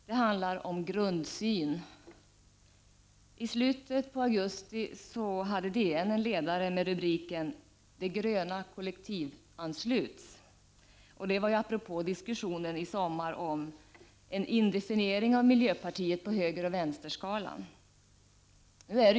Det handlar om en grundsyn. I slutet av augusti hade DN en ledare med rubriken De gröna kollektivansluts. Det var apropå diskussionen i sommar om indefinieringen av miljöpartiet på höger—vänster-skalan.